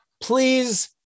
please